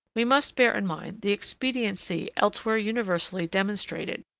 we must bear in mind the expediency elsewhere universally demonstrated,